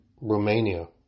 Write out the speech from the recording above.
Romania